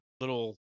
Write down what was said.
little